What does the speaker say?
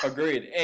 Agreed